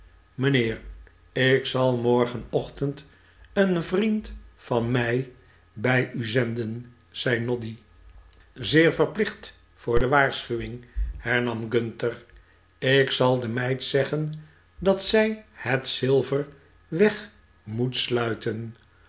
mijnheer ik zal morgenochtend een vriend van mij bij u zenden zei noddy zeer verplicht voor de waarschuwing hernam gunter r ik zal de meid zeggen dat zij het zilver weg moet sluiten